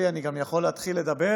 בתחושה שלי אני גם יכול להתחיל לדבר,